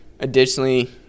Additionally